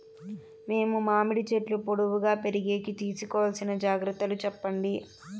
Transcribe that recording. మేము మామిడి చెట్లు పొడువుగా పెరిగేకి తీసుకోవాల్సిన జాగ్రత్త లు చెప్పండి?